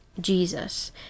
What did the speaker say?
Jesus